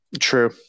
True